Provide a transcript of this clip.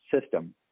system